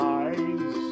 eyes